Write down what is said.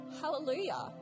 Hallelujah